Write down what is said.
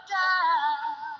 down